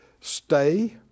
stay